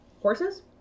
horses